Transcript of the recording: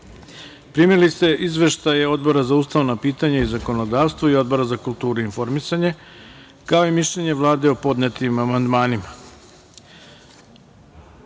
ste izveštaje Odbora za ustavna pitanja i zakonodavstvo i Odbora za kulturu i informisanje, kao i mišljenje Vlade o podnetim amandmanima. Pošto